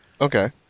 Okay